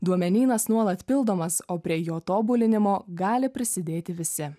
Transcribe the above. duomenynas nuolat pildomas o prie jo tobulinimo gali prisidėti visi